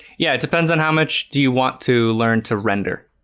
yeah, it depends on how much do you want to learn to render?